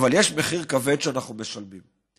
אבל יש מחיר כבד שאנחנו משלמים,